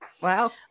wow